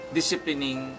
disciplining